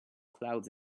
clouds